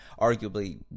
arguably